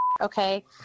okay